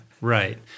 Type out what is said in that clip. right